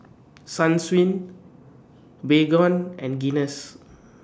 Sunsweet Baygon and Guinness